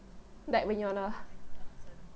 back when you're a